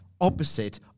opposite